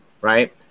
Right